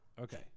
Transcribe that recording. Okay